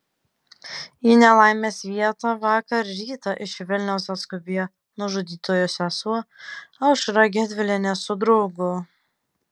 į nelaimės vietą vakar rytą iš vilniaus atskubėjo nužudytojo sesuo aušra gedvilienė su draugu